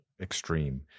extreme